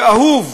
שאהוב